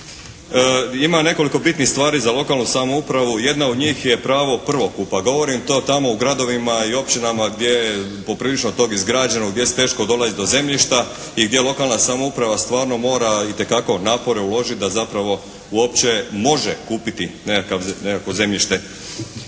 ima nekoliko bitnih stvari za lokalnu samoupravu. Jedna od njih je pravo prvokupa. Govorim to tamo u gradovima i općinama gdje je poprilično tog izgrađeno, gdje se teško dolazi do zemljišta i gdje lokalna samouprava stvarno mora itekako napore uložiti da zapravo uopće može kupiti nekakvo zemljište.